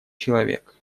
человек